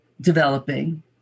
developing